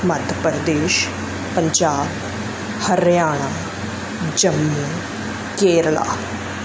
Madhya Pradesh Punjab Haryana Jammu Kerala